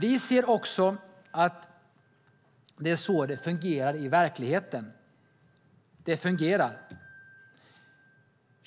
Vi ser också att det är så det fungerar i verkligheten. Det fungerar.